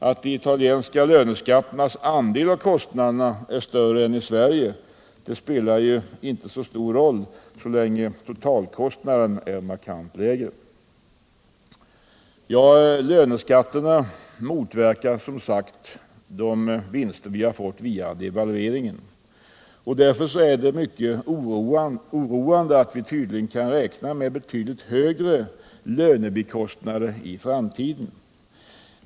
Att de italienska löneskatternas andel av kostnaderna är större än i Sverige spelar ju inte så stor roll så länge totalkostnaden är markant lägre. Löneskatterna motverkar som sagt de vinster som vi har fått via devalveringen. Det är därför mycket oroande att vi tydligen kan räkna med betydligt högre lönebikostnader i framtiden.